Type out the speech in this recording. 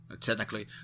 Technically